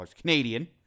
Canadian